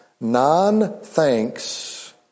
Non-thanks